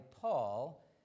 Paul